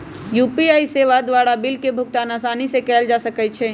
UPI सेवा द्वारा bill के भुगतान असानी से कएल जा सकइ छै